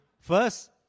First